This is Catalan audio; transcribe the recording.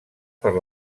per